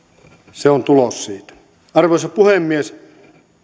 se on tulos siitä arvoisa puhemies